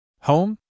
Home